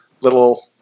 little